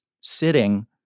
sitting